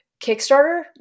Kickstarter